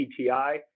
PTI